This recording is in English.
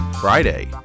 Friday